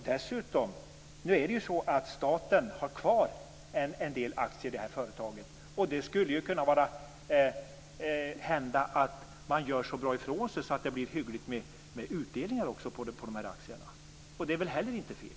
Dessutom har staten kvar en del aktier i företaget, och det skulle ju kunna hända att man gör så bra ifrån sig att det blir hyggligt med utdelningar på aktierna. Och det är väl heller inte fel.